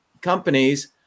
companies